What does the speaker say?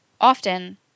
Often